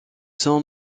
son